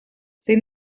zein